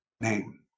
Name